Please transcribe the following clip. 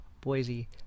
Boise